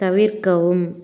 தவிர்க்கவும்